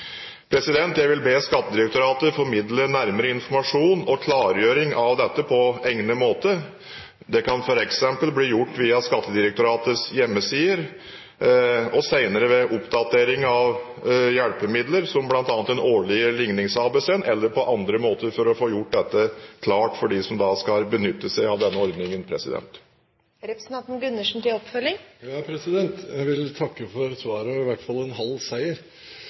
Jeg vil be Skattedirektoratet formidle nærmere informasjon og klargjøring av dette på egnet måte. Det kan f.eks. bli gjort via Skattedirektoratets hjemmesider, og senere ved oppdatering av hjelpemidler, som bl.a. den årlige Lignings-ABC eller på andre måter, for å få gjort dette klart for dem som skal benytte seg av denne ordningen. Jeg vil takke for svaret. Det er i hvert fall en halv seier.